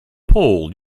pole